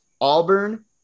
Auburn